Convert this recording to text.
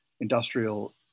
industrial